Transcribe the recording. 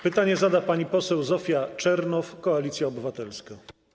Pytanie zada pani poseł Zofia Czernow, Koalicja Obywatelska.